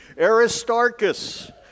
Aristarchus